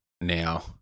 now